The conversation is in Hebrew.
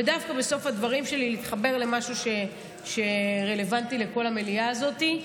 ודווקא בסוף הדברים שלי להתחבר למשהו שרלוונטי לכל המליאה הזאת.